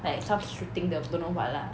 like some shooting 的 don't know what lah